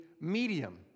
medium